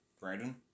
Brandon